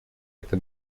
это